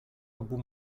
obu